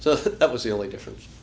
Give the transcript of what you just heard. so that was the only difference